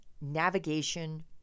navigation